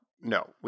no